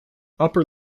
upper